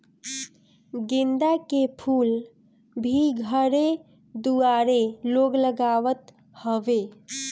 गेंदा के फूल भी घरे दुआरे लोग लगावत हवे